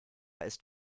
ist